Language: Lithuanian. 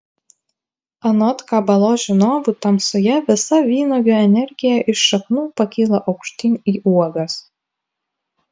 anot kabalos žinovų tamsoje visa vynuogių energija iš šaknų pakyla aukštyn į uogas